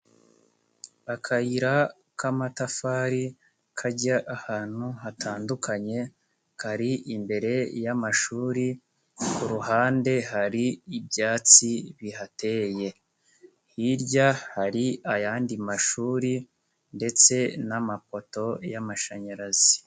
Akayira k'amatafari kajya ahantu hatandukanye, kari imbere y'amashuri, ku ruhande hari ibyatsi bihateye, hirya hari ayandi mashuri ndetse n'amapoto y'amashanyarazi.